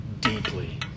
deeply